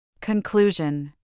Conclusion